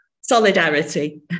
Solidarity